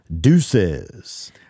Deuces